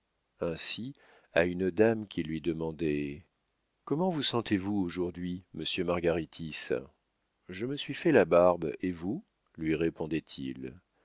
ainsi à une dame qui lui demandait comment vous sentez-vous aujourd'hui monsieur margaritis je me suis fait la barbe et vous lui répondait-il